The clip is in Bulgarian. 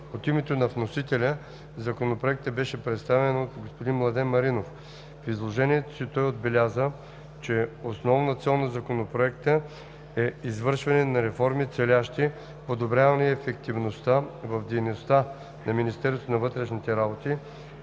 От името на вносителя Законопроектът беше представен от господин Младен Маринов. В изложението си той отбеляза, че основна цел на Законопроекта е извършване на реформи, целящи подобряване ефективността в дейността на МВР, прецизиране на текстове